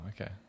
okay